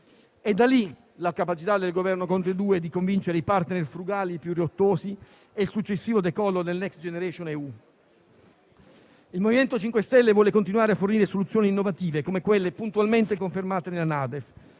Da lì la capacità del Governo Conte II di convincere i *partner* frugali e più riottosi e il successivo decollo del Next generation EU. Il MoVimento 5 Stelle vuole continuare a fornire soluzioni innovative, come quelle puntualmente confermate nella NADEF.